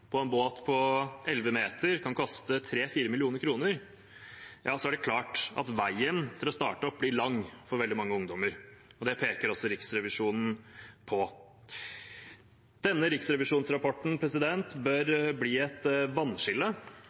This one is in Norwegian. en båt på 11 meter kan koste 3–4 mill. kr, er det klart at veien for å starte opp blir lang for veldig mange ungdommer. Det peker også Riksrevisjonen på. Denne riksrevisjonsrapporten bør bli et vannskille.